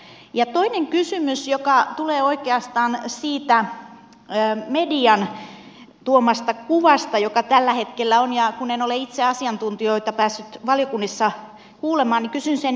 toinen kysymys joka tulee oikeastaan siitä median tuomasta kuvasta joka tällä hetkellä on ja kun en ole itse asiantuntijoita päässyt valiokunnissa kuulemaan niin kysyn sen nyt tässä